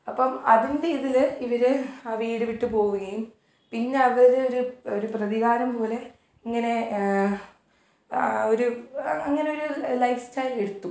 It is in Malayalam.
അപ്പം അതിന്റെ ഇതിൽ ഇവർ ആ വീടുവിട്ട് പോവുകയും പിന്നവരൊരു ഒരു പ്രതികാരം പോലെ ഇങ്ങനെ ഒരു അങ്ങനൊരു ലൈഫ് സ്റ്റൈലെടുത്തു